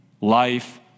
life